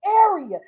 area